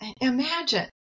imagine